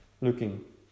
looking